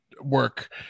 work